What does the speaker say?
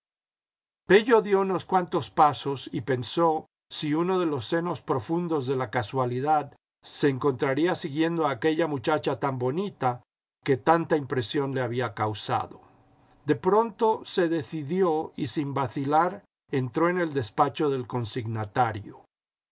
dio unos cuantos pasos y pensó si uno de los senos profundos de la casualidad se encontraría siguiendo a aquella muchacha tan bonita que tanta impresión le había causado de pronto se decidió y sin vacilar entró en el despacho del consignatario